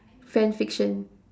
fan fiction